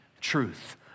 truth